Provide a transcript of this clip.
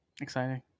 Exciting